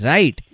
Right